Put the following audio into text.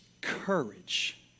courage